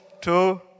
two